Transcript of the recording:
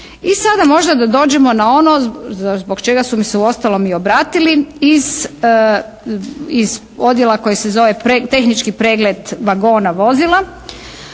I sada možda da dođemo na ono zbog čega su mi se uostalom i obratili iz odjela koji se zove tehnički pregled vagona vozila,